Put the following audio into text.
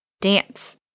Dance